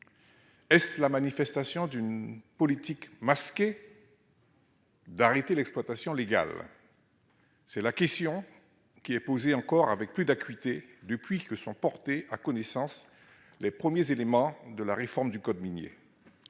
Est-ce la manifestation d'une politique masquée visant à arrêter l'exploitation légale ? C'est la question qui se pose avec encore plus d'acuité depuis qu'ont été portés à notre connaissance les premiers éléments de la réforme du code minier.